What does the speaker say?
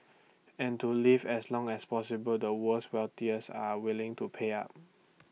and to live as long as possible the world's wealthy are willing to pay up